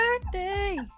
birthday